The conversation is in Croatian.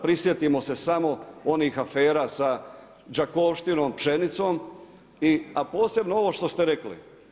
Prisjetimo se samo onih afera sa Đakovštinom pšenicom, a posebno ovo što ste rekli.